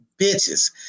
bitches